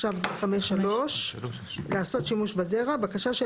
בסעיף 5(3) לעשות שימוש בזרע בקשה של